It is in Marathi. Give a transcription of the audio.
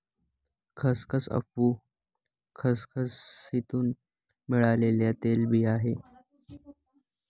खसखस अफू खसखसीतुन मिळालेल्या तेलबिया आहे